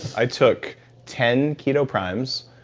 i took ten keto primes,